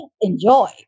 enjoy